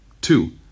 Two